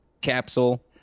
capsule